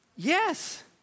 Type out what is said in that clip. Yes